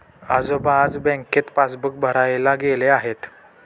आजोबा आज बँकेत पासबुक भरायला गेले आहेत